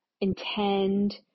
intend